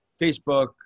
facebook